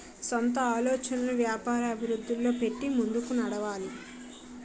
సొంత ఆలోచనలను వ్యాపార అభివృద్ధిలో పెట్టి ముందుకు నడవాలి